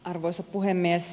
arvoisa puhemies